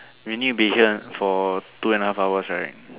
we need to be here for two and a half hours right